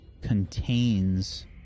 contains